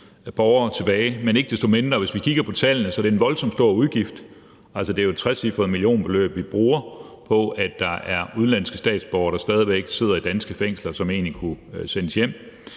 borgere tilbage. Men ikke desto mindre er det, hvis vi kigger på tallene, en voldsomt stor udgift. Altså, det er jo et trecifret millionbeløb, vi bruger, på, at der stadig sidder udenlandske statsborgere i danske fængsler, som egentlig kunne sendes hjem